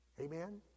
Amen